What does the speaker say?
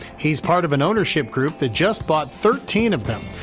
he's part of an ownership group that just bought thirteen of them.